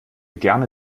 gerne